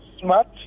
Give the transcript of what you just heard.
smart